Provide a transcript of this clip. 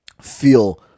feel